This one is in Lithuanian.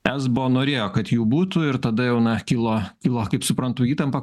esbo norėjo kad jų būtų ir tada jau na kilo kilo kaip suprantu įtampa